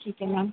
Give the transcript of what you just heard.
ठीक है मैम